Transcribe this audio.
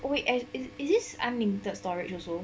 oh wait it is this unlimited storage also